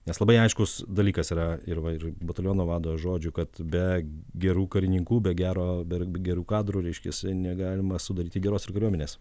nes labai aiškus dalykas yra ir va ir bataliono vado žodžių kad be gerų karininkų be gero ber gerų kadrų reiškiasi negalima sudaryti geros ir kariuomenės